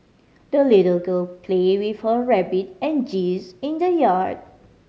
the little girl played with her rabbit and geese in the yard